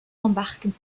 embarquent